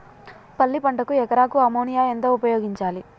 పల్లి పంటకు ఎకరాకు అమోనియా ఎంత ఉపయోగించాలి?